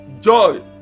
joy